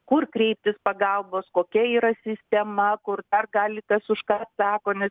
kur kreiptis pagalbos kokia yra sistema kur dar gali kas už ką atsako nes